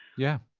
yeah,